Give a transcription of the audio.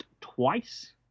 twice